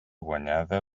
guanyada